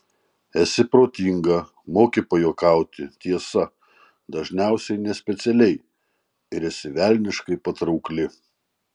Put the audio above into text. esi protinga moki pajuokauti tiesa dažniausiai nespecialiai ir esi velniškai patraukli